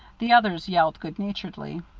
the others yelled good-naturedly.